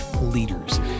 leaders